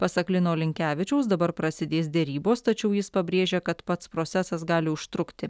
pasak lino linkevičiaus dabar prasidės derybos tačiau jis pabrėžia kad pats procesas gali užtrukti